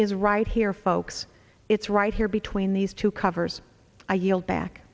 is right here folks it's right here between these two covers i yield back